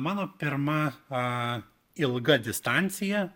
mano pirma a ilga distancija